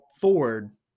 forward